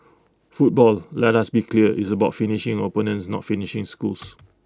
football let us be clear is about finishing opponents not finishing schools